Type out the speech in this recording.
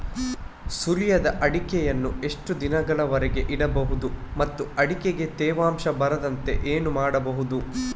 ಸುಲಿಯದ ಅಡಿಕೆಯನ್ನು ಎಷ್ಟು ದಿನಗಳವರೆಗೆ ಇಡಬಹುದು ಮತ್ತು ಅಡಿಕೆಗೆ ತೇವಾಂಶ ಬರದಂತೆ ಏನು ಮಾಡಬಹುದು?